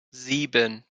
sieben